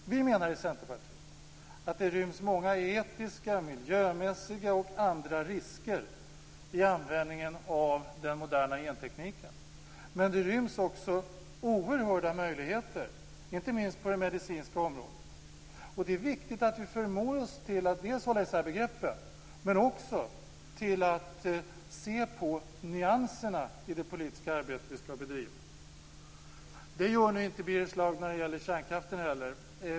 Vi menar i Centerpartiet att det ryms många etiska, miljömässiga och andra risker i användningen av den moderna gentekniken. Men det ryms också oerhörda möjligheter, inte minst på det medicinska området. Det är viktigt att vi förmår oss till att hålla i sär begreppen men också till att se på nyanserna i det politiska arbete vi skall bedriva. Det gör nu inte Birger Schlaug när det gäller kärnkraften heller.